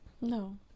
No